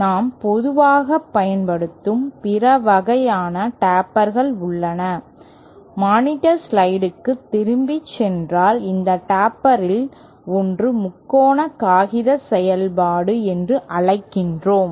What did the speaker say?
நாம் பொதுவாகப் பயன்படுத்தும் பிற வகையான டேப்பர்கள் உள்ளன மானிட்டர் ஸ்லைடுகளுக்குத் திரும்பிச் சென்றால் இந்த டேப்பர்களில் ஒன்று முக்கோண காகித செயல்பாடு என்று அழைக்கிறோம்